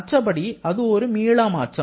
மற்றபடி அது ஒரு மீளா மாற்றம்